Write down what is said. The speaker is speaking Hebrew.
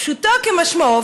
פשוטו כמשמעו,